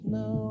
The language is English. no